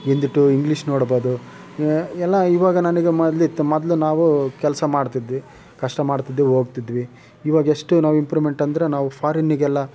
Hindi to English ನೋಡಬೋದು ಇವಾಗ ಎಲ್ಲ ಇವಾಗ ನನಗೆ ಮೊದಲಿತ್ತು ಮೊದಲು ನಾವು ಕೆಲಸ ಮಾಡ್ತಿದ್ವಿ ಕಷ್ಟ ಮಾಡ್ತಿದ್ವಿ ಹೋಗ್ತಿದ್ವಿ ಇವಾಗೆಷ್ಟು ನಾವು ಇಂಪ್ರೂವ್ಮೆಂಟ್ ಅಂದರೆ ನಾವು ಫಾರಿನ್ನಿಗೆಲ್ಲ